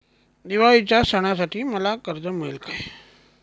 दिवाळीच्या सणासाठी मला कर्ज मिळेल काय?